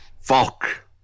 fuck